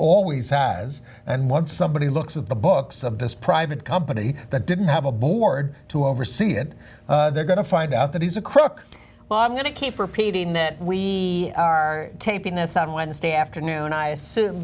always has and once somebody looks at the books of this private company that didn't have a board to oversee it they're going to find out that he's a crook well i'm going to keep repeating that we are taping this on wednesday afternoon i assume